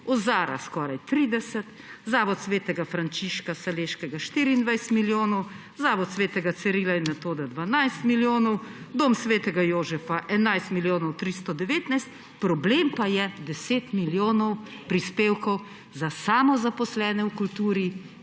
Ozara skoraj 30, Zavod sv. Frančiška Saleškega 24 milijonov, Zavod sv. Cirila in Metoda 12 milijonov, Dom sv. Jožefa 11 milijonov 319; problem pa je 10 milijonov prispevkov za samozaposlene v kulturi,